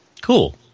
cool